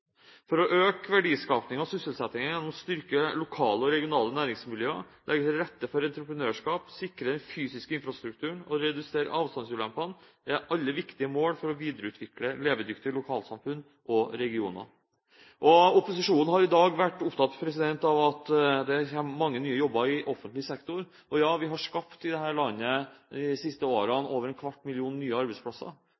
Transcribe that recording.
å øke verdiskapingen og sysselsettingen gjennom å styrke lokale og regionale næringsmiljøer, legge til rette for entreprenørskap, sikre den fysiske infrastrukturen og redusere avstandsulempene er alt sammen viktige mål for å videreutvikle levedyktige lokalsamfunn og regioner. Opposisjonen har i dag vært opptatt av at det kommer mange nye jobber i offentlig sektor. Ja, vi har i dette landet de siste årene